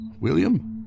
William